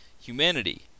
humanity